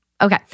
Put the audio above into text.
okay